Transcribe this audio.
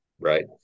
Right